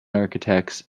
architects